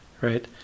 right